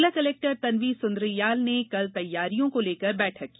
जिला कलेक्टर तन्वी सुन्द्रियाल ने कल तैयारियों को लेकर बैठक की